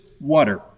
water